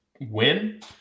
win